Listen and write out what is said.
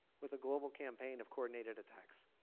with a global campaign of coordinated attacks